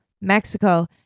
mexico